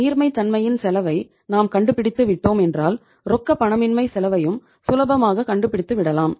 நீர்மை தன்மையின் செலவை நாம் கண்டுபிடித்து விட்டோம் என்றால் ரொக்கப்பணமின்மை செலவையும் சுலபமாக கண்டுபிடித்துவிடலாம்